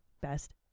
Best